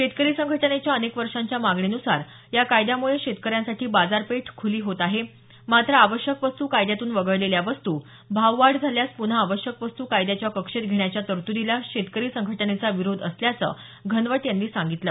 शेतकरी संघटनेच्या अनेक वर्षाच्या मागणीनुसार या कायद्यामुळे शेतकऱ्यांसाठी बाजार पेठ खुली होत आहे मात्र आवश्यक वस्तू कायद्यातून वगळलेल्या वस्तू भाववाढ झाल्यास पुन्हा आवश्यक वस्तू कायद्याच्या कक्षेत घेण्याच्या तरतुदीला शेतकरी संघटनेचा विरोध असल्याचं घनवट यांनी सांगितलं